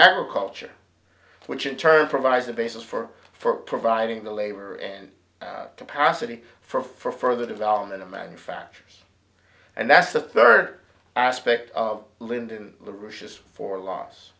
agriculture which in turn provides the basis for for providing the labor and capacity for further development of manufacturers and that's the third aspect of lyndon la rouche is for loss